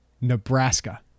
nebraska